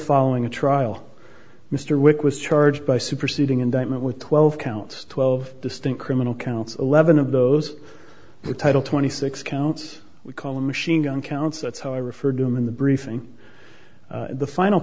following a trial mr wick was charged by superseding indictment with twelve counts twelve distinct criminal counts eleven of those the title twenty six counts we call the machine gun counts that's how i referred to them in the briefing the final